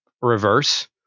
Reverse